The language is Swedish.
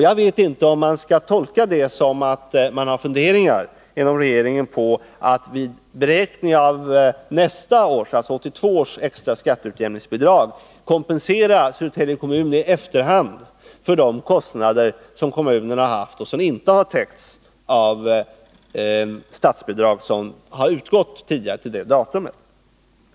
Jag vet inte om man skall tolka det som att regeringen har funderingar på att vid beräkningen av nästa års — dvs. 1982 års — extra skatteutjämningsbidrag kompensera Södertälje kommun i efterhand för de kostnader som kommunen haft och som inte täckts av det statsbidrag som utgått fram till detta datum.